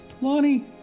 Lonnie